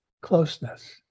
closeness